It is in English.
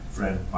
Friend